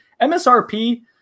msrp